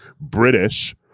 British